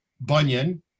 Bunyan